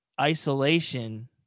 isolation